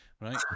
Right